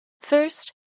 first